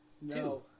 No